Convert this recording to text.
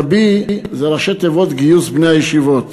גבי זה ראשי תיבות: גיוס בני הישיבות,